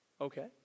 Okay